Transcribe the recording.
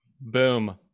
Boom